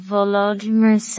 Volodymyr